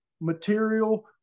material